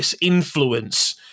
influence